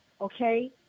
okay